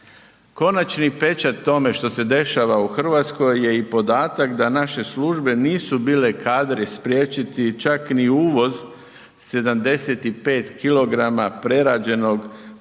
Konačni pečat tome što se dešava u Hrvatskoj je i podatak da naše službe nisu bile kadre spriječiti čak ni uvoz 75 kilograma